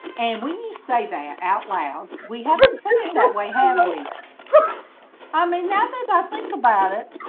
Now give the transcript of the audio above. and when you say that out loud we haven't said it that way have we i mean now that i think about it